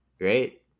Great